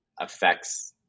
affects